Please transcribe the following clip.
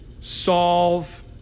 solve